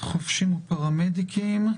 חובשים ופרמדיקים.